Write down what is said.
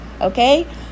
Okay